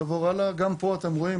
גם פה אתם רואים,